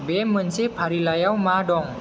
बे मोनसे फारिलाइआव मा दं